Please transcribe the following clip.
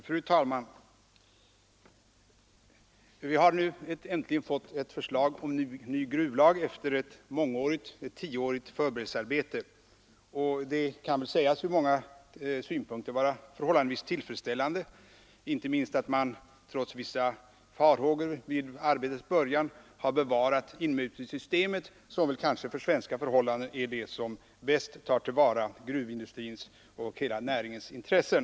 Fru talman! Efter ett tioårigt förberedelsarbete har vi nu äntligen fått ett förslag till ny gruvlag. Det kan från många synpunkter sägas vara förhållandevis tillfredsställande, inte minst att man trots vissa farhågor vid arbetets början har bevarat inmutningssystemet, som för svenska förhållanden kanske är det som bäst tar till vara gruvindustrins och hela näringens intressen.